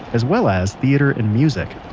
as well as theater and music.